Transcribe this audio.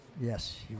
yes